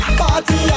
party